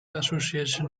association